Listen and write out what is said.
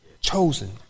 chosen